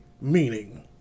meaning